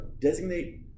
designate –